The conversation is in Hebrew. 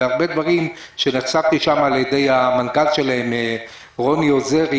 והרבה דברים שנחשפתי שם על ידי המנכ"ל שלהם רוני עוזרי,